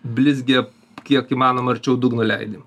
blizgę kiek įmanoma arčiau dugno leidi